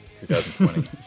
2020